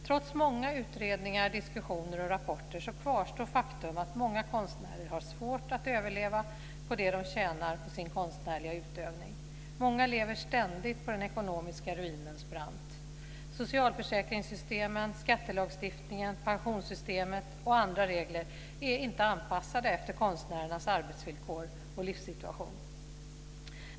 Trots många utredningar, diskussioner och rapporter kvarstår faktum att många konstnärer har svårt att överleva på det de tjänar på sin konstnärliga utövning. Många lever ständigt på den ekonomiska ruinens brant. Socialförsäkringssystemen, skattelagstiftningen, pensionssystemet och andra regler är inte anpassade efter konstnärernas arbetsvillkor och livssituation.